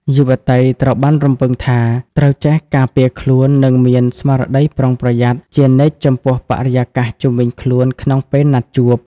យុវតីត្រូវបានរំពឹងថា ត្រូវចេះ "ការពារខ្លួន និងមានស្មារតីប្រុងប្រយ័ត្ន" ជានិច្ចចំពោះបរិយាកាសជុំវិញខ្លួនក្នុងពេលណាត់ជួប។